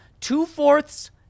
two-fourths